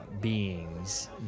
beings